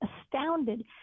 astounded